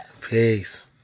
Peace